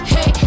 Hey